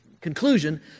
Conclusion